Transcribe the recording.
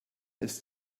ist